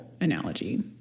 analogy